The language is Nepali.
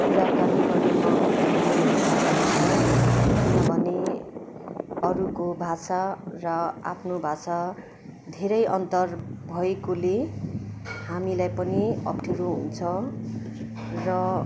कुराकानी गर्नमा अप्ठ्यारो त हुन्छ किनभने अरूको भाषा र आफ्नो भाषा धेरै अन्तर भएकोले हामीलाई पनि अप्ठ्यारो हुन्छ र